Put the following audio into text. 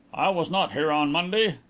i was not here on monday.